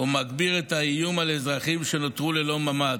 ומגביר את האיום על אזרחים שנותרו ללא ממ"ד.